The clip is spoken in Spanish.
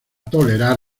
tolerar